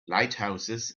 lighthouses